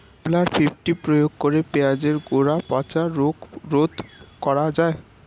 Rovral fifty প্রয়োগ করে পেঁয়াজের গোড়া পচা রোগ রোধ করা যায়?